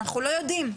אנחנו לא יודעים,